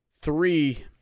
three